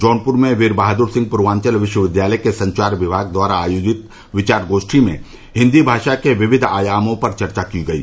जौनपुर में वीर बहादुर सिंह पूर्वाचल विश्वविद्यालय के संचार विभाग द्वारा आयोजित विचार गोष्ठी में हिन्दी भाषा के विविध आयामों पर चर्चा की गयी